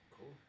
Cool